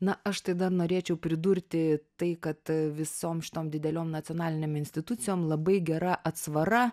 na aš tai dar norėčiau pridurti tai kad visom šitom dideliom nacionalinėm institucijom labai gera atsvara